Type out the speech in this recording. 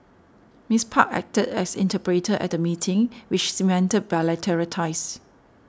Miss Park acted as interpreter at the meeting which cemented bilateral ties